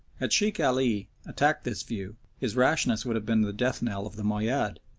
had sheikh ali attacked this view, his rashness would have been the death-knell of the moayyad.